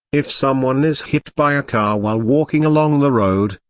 if someone is hit by a car while walking along the road,